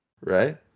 Right